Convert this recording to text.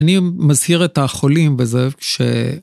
אני מזהיר את החולים בזה, כש...